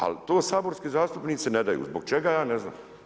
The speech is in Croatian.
Ali to saborski zastupnici ne daju, zbog čega, ja ne znam.